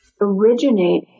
originate